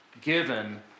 given